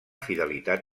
fidelitat